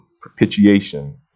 propitiation